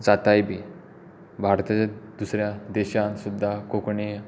जाताय बी वाडते ते दुसऱ्या देशांत सुद्दां कोंकणी